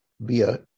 via